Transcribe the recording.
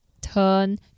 turn